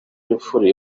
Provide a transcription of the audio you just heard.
imfura